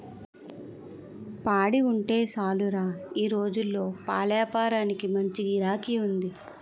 పాడి ఉంటే సాలురా ఈ రోజుల్లో పాలేపారానికి మంచి గిరాకీ ఉంది